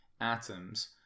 atoms